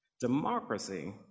Democracy